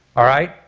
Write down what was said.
alright,